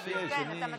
יש, יש.